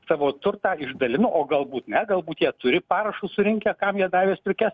savo turtą išdalino o galbūt ne galbūt jie turi parašus surinkę kam jie davė striukes